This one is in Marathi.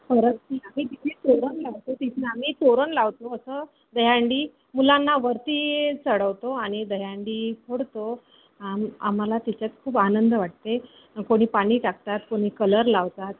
परत आम्ही तिथे तोरण लावतो तिथे आम्ही तोरण लावतो असं दहीहंडी मुलांना वरती चढवतो आणि दहीहंडी फोडतो आम आम्हाला तिच्यात खूप आनंद वाटते कोणी पाणी टाकतात कोणी कलर लावतात